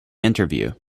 interview